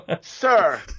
Sir